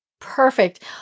Perfect